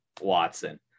watson